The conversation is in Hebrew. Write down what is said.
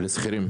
על השכירים.